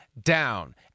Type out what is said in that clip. down